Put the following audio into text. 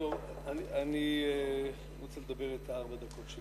אני ארצה לדבר בארבע הדקות שלי.